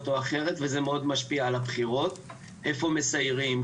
או אחרת וזה מאוד משפיע על הבחירות איפה מסיירים,